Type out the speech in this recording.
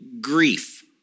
grief